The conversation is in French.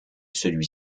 celui